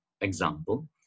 Example